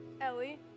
Ellie